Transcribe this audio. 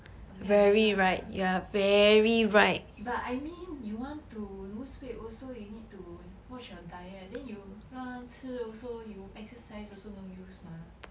something like that lah but I mean you want to lose weight also you need to watch your diet then you 乱乱吃 also you exercise also no use mah